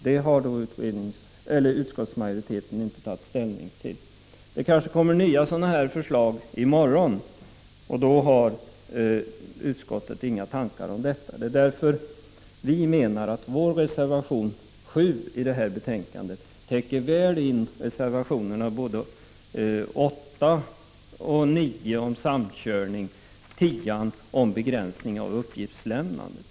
Det har utskottsmajoriteten inte tagit ställning till. Det kanske kommer nya sådana här förslag i morgon, och då har utskottet inga tankar om detta. Vi menar därför att vår reservation 7 till finansutskottets betänkande nr 5 väl täcker in reservationerna 8 och 9 om samkörning och reservation 10 om begränsning av uppgiftslämnandet.